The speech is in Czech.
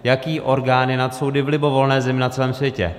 Jaký orgán je nad soudy v libovolné zemi na celém světě?